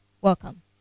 Welcome